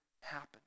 happen